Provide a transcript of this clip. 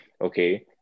okay